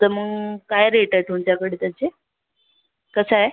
त मग काय रेट आहे तुमच्याकडे त्याचे कसं आहे